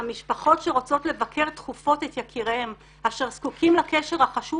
המשפחות שרוצות לבקר תכופות את יקיריהן אשר זקוקים לקשר החשוב